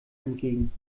entgegen